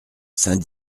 saint